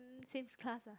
hmm same class ah